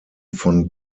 von